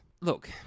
Look